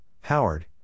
Howard